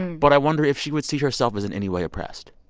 but i wonder if she would see herself as in any way oppressed.